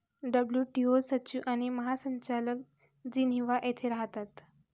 WTO सचिव आणि महासंचालक जिनिव्हा येथे राहतात